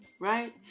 Right